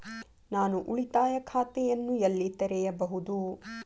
ನಾನು ಉಳಿತಾಯ ಖಾತೆಯನ್ನು ಎಲ್ಲಿ ತೆರೆಯಬಹುದು?